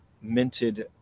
minted